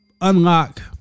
unlock